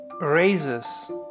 raises